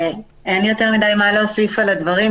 אין לי יותר מדי מה להוסיף על הדברים.